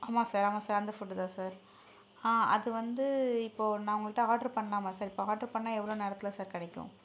ஆமாம் சார் ஆமாம் சார் அந்த ஃபுட்டு தான் சார் ஆ அது வந்து இப்போது நான் உங்கக்கிட்டே ஆட்ரு பண்ணலாமா சார் இப்போ ஆட்ரு பண்ணால் எவ்வளோ நேரத்தில் சார் கிடைக்கும்